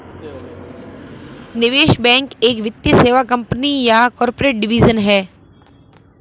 निवेश बैंक एक वित्तीय सेवा कंपनी या कॉर्पोरेट डिवीजन है